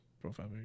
profile